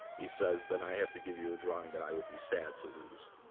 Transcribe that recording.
he says, then i have to give you a drawing that i would be sad to lose.